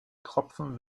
tropfen